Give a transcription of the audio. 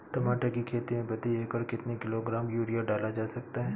टमाटर की खेती में प्रति एकड़ कितनी किलो ग्राम यूरिया डाला जा सकता है?